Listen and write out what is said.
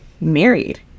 married